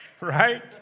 Right